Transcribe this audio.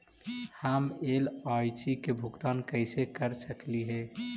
हम एल.आई.सी के भुगतान कैसे कर सकली हे?